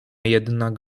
jednak